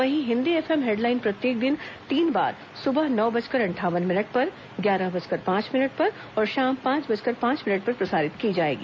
वहीं Hindi FM headline प्रत्येक दिन तीन बार सुबह नौ बजकर अंठावन मिनट ग्यारह बजकर पांच मिनट और शाम पांच बजकर पांच मिनट पर प्रसारित की जाएगी